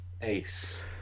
ace